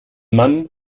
man